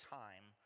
time